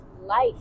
life